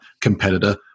competitor